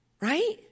Right